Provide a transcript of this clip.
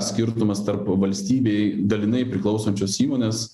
skirtumas tarp valstybei dalinai priklausančios įmonės